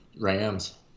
Rams